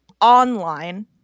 online